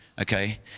okay